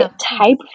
type